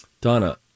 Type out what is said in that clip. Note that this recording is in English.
Donna